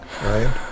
right